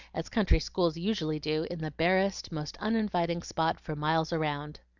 as country schools usually do, in the barest, most uninviting spot for miles around.